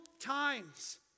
times